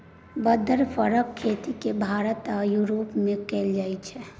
बदर फरक खेती भारत आ युरोप मे कएल जाइ छै